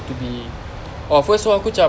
to be oh first aku cam